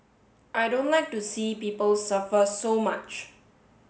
I don't like to see people suffer so much